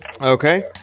Okay